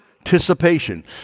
participation